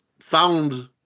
found